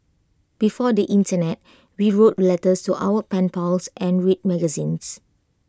before the Internet we wrote letters to our pen pals and read magazines